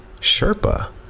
Sherpa